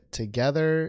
together